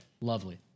Lovely